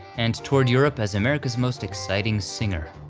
and toured europe as america's most exciting singer.